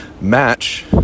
match